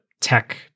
tech